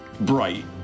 bright